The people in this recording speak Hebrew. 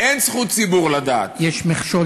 אין זכות הציבור לדעת, יש מכשול זמן.